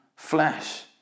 Flesh